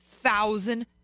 thousand